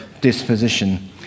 disposition